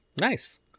Nice